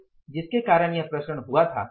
तो किसके कारण वह प्रसरण हुआ था